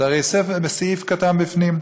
זה הרי בסעיף קטן בפנים.